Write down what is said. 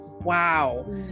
wow